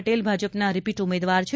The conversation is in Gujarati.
પટેલ ભાજપના રીપીટ ઉમેદવાર છે